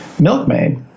milkmaid